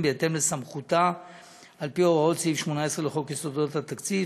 בהתאם לסמכותה על-פי הוראות סעיף 18 לחוק יסודות התקציב.